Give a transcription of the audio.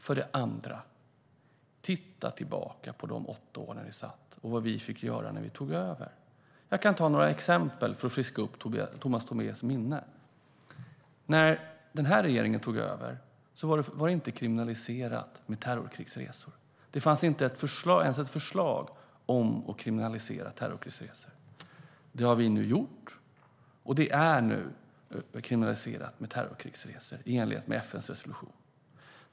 För det andra: Titta tillbaka på de åtta år som ni satt i regering och vad vi fick göra när vi tog över! Jag kan nämna några exempel för att friska upp Tomas Tobés minne. När den här regeringen tog över var det inte kriminaliserat med terrorkrigsresor. Det fanns inte ens ett sådant förslag. Det har vi nu gjort, och terrorkrigsresor är nu kriminaliserade i enlighet med FN:s resolution.